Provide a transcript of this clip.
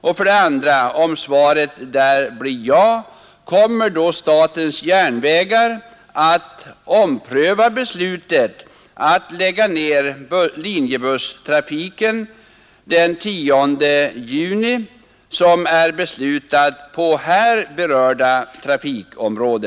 Och för det andra: Om svaret blir ja, kommer då statens järnvägar att ompröva beslutet att lägga ned busslinjetrafiken den 10 juni som är beslutat på här berörda trafikområde?